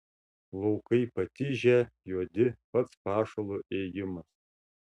laukai patižę juodi pats pašalo ėjimas